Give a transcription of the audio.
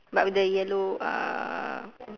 but with the yellow uh